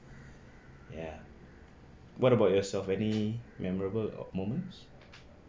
ya what about yourself any memorable moments